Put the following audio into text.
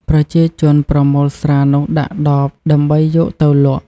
ប្រជាជនប្រមូលស្រានោះដាក់ដប ដើម្បីយកទៅលក់។